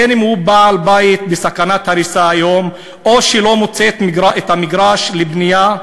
בין שהוא בעל בית בסכנת הריסה היום ובין שהוא לא מוצא את המגרש לבנייה,